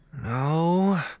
No